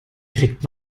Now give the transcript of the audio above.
kriegt